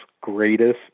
greatest